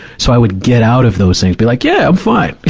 so i would get out of those things. be like, yeah, i'm fine!